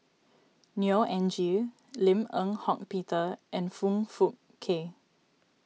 Neo Anngee Lim Eng Hock Peter and Foong Fook Kay